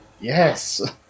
Yes